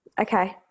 Okay